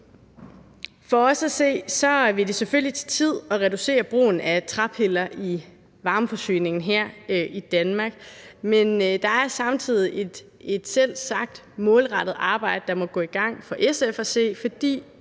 For os at se vil det selvfølgelig tage tid at reducere brugen af træpiller i varmeforsyningen her i Danmark, men der er selvsagt samtidig et målrettet arbejde, der må gå i gang – for SF at se – fordi